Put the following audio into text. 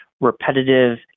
repetitive